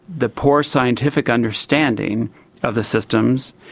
the poor scientific understanding of the systems,